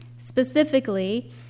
Specifically